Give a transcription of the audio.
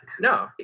No